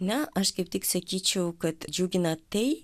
ne aš kaip tik sakyčiau kad džiugina tai